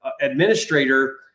administrator